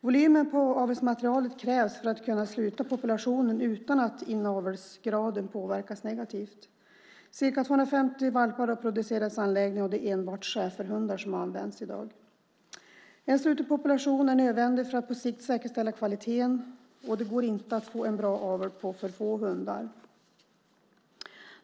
Volymen på avelsmaterialet krävs för att kunna sluta populationen utan att inavelsgraden påverkas negativt. Ca 250 valpar har producerats i anläggningen, och det är enbart schäferhundar som används i dag. En sluten population är nödvändigt för att på sikt säkerställa kvaliteten. Det går inte att få en avel på för få hundar.